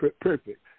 perfect